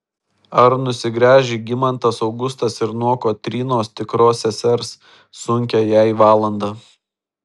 ar nusigręš žygimantas augustas ir nuo kotrynos tikros sesers sunkią jai valandą